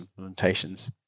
implementations